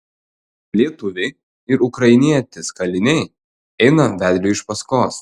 lietuviai ir ukrainietis kaliniai eina vedliui iš paskos